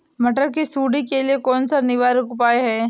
मटर की सुंडी के लिए कौन सा निवारक उपाय है?